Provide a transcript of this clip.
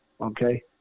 okay